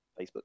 Facebook